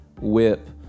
whip